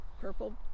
Purple